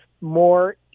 more